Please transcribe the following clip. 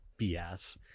BS